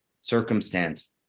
circumstance